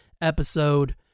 episode